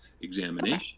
examination